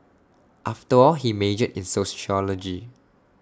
after all he majored in sociology